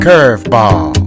Curveball